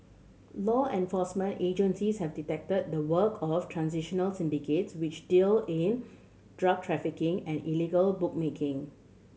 law enforcement agencies have detected the work of transnational syndicates which deal in drug trafficking and illegal bookmaking